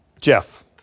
Jeff